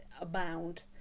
abound